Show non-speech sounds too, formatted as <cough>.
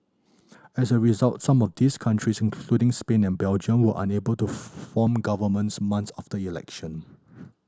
as a result some of these countries including Spain and Belgium were unable to <unintelligible> form governments months after election